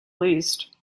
least